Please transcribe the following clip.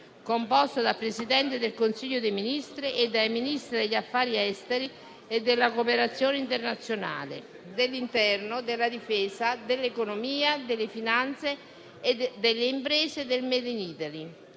composto dal Presidente del Consiglio dei ministri e dai Ministri degli affari esteri e della cooperazione internazionale, dell'interno, della difesa, dell'economia e delle finanze, delle imprese e del *made in Italy*.